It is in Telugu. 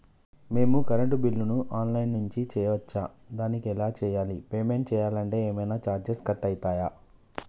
మేము కరెంటు బిల్లును ఆన్ లైన్ నుంచి చేయచ్చా? దానికి ఎలా చేయాలి? పేమెంట్ చేయాలంటే ఏమైనా చార్జెస్ కట్ అయితయా?